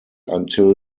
until